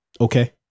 Okay